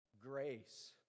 grace